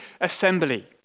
assembly